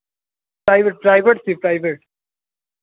private private थी private